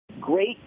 great